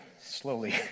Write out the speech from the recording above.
slowly